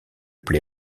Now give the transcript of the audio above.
play